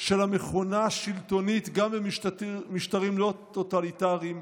של המכונה השלטונית גם במשטרים לא טוטליטריים,